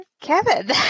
Kevin